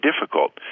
difficult